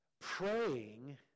praying